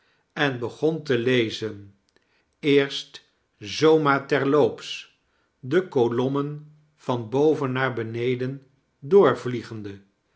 en begon te tezen eerst zoo maar terloops de kolommen van boven naar beneden